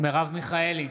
מרב מיכאלי,